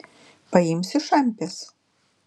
paimsi šampės